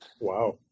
Wow